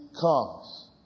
comes